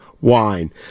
Wine